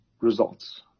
results